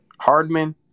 Hardman